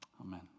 Amen